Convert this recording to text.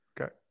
Okay